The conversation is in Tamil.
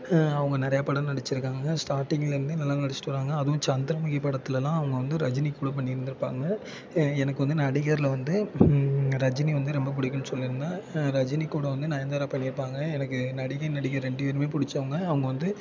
அவங்க நிறைய படம் நடிச்சிருக்காங்க ஸ்டார்டிங்லருந்தே நல்லா நடிச்சிட்டு வராங்க அதுவும் சந்திரமுகி படத்திலலாம் அவங்க வந்து ரஜினி கூட பண்ணியிருந்துருப்பாங்க எனக்கு வந்து நடிகர்ல வந்து ரஜினி வந்து ரொம்ப பிடிக்குன்னு சொல்லியிருந்தேன் ரஜினி கூட வந்து நயன்தாரா பண்ணியிருப்பாங்க எனக்கு நடிகை நடிகர் ரெண்டு பேருமே பிடிச்சவங்க அவங்க வந்து